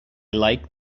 like